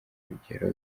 urugero